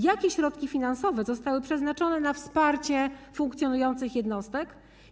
Jakie środki finansowe zostały przeznaczone na wsparcie funkcjonujących jednostek?